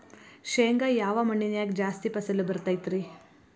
ಶೇಂಗಾ ಯಾವ ಮಣ್ಣಿನ್ಯಾಗ ಜಾಸ್ತಿ ಫಸಲು ಬರತೈತ್ರಿ?